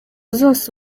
zose